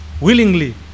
willingly